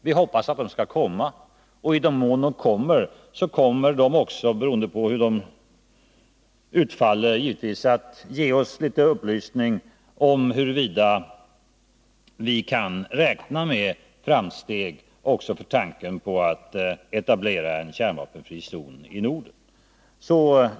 Vi hoppas att de skall komma, och i den mån de kommer kommer de givetvis också, beroende på hur det utfaller, att ge oss upplysning om huruvida vi kan räkna med framsteg även för tanken på att etablera en kärnvapenfri zon i Norden.